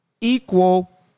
equal